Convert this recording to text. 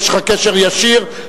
יש לך קשר ישיר,